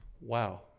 wow